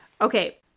Okay